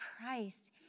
Christ